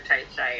so